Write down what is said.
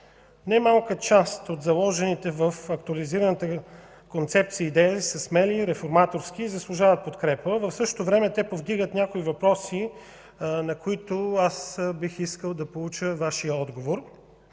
Немалка част от заложените в актуализираната Концепция идеи са смели, реформаторски и заслужават подкрепа. В същото време те повдигат някои въпроси, на които аз бих искал да получа Вашия отговор.